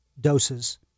doses